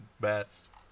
best